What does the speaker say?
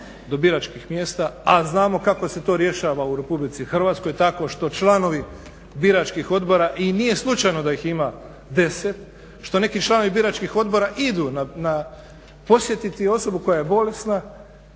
do biračkih mjesta, a znamo kako se to rješava u RH, tako što članovi biračkih odbora i nije slučajno da ih ima 10, što neki članovi biračkih odbora idu posjetiti osobu koja je bolesna